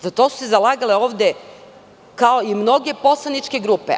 Za to su se zalagale ovde mnoge poslaničke grupe.